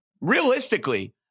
realistically